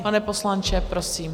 Pane poslanče, prosím.